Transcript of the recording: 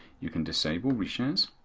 you can disable reshares.